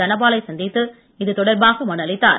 தனபாலை சந்தித்து இதுதொடர்பாக மனு அளித்தார்